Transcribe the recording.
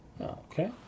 Okay